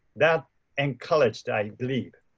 that encouraged i believe,